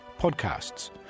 podcasts